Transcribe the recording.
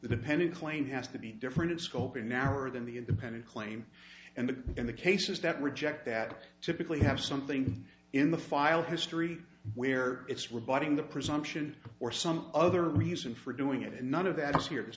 the pending claim has to be different in scope and now or than the independent claim and the in the cases that reject that typically have something in the file history where it's rebutting the presumption or some other reason for doing it and none of that is here there's